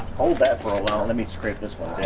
hold that for a while let me scrape this one